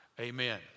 Amen